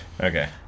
Okay